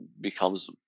becomes